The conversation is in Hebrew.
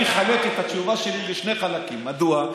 אני אחלק את התשובה שלי לשני חלקים, מדוע?